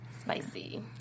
spicy